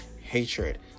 hatred